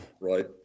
right